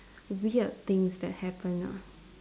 weird things that happen ah